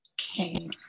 Okay